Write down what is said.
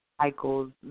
cycles